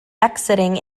exiting